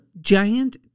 giant